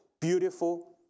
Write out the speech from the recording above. beautiful